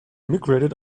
migrated